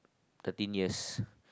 thirteen years